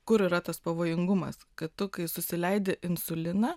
kur yra tas pavojingumas kad tu kai susileidi insuliną